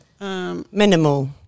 Minimal